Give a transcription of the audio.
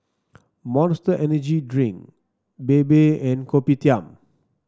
Monster Energy Drink Bebe and Kopitiam